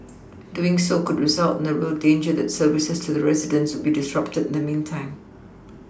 doing so could result in a real danger that services to the residents would be disrupted in the meantime